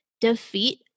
defeat